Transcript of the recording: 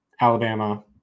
alabama